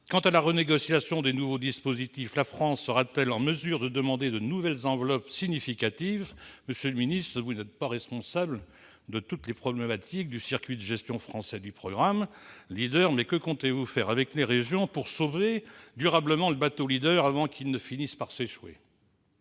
Quant à la renégociation des nouveaux dispositifs, la France sera-t-elle en mesure de demander de nouvelles enveloppes significatives ? Monsieur le ministre, vous n'êtes pas responsable du circuit de gestion français du programme Leader, mais que comptez-vous faire avec les régions pour sauver durablement le bateau Leader avant qu'il ne finisse par s'échouer ?